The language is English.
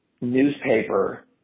newspaper